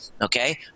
okay